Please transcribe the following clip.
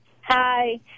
Hi